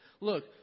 look